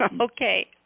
Okay